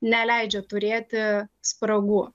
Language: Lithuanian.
neleidžia turėti spragų